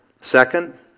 Second